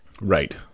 Right